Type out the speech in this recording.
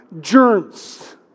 germs